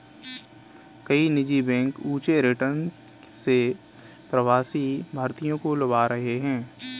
कई निजी बैंक ऊंचे रिटर्न से प्रवासी भारतीयों को लुभा रहे हैं